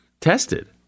tested